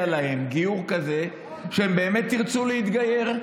להם גיור כזה שהם באמת ירצו להתגייר,